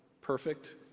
perfect